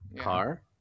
car